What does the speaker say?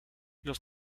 los